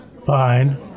Fine